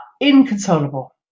inconsolable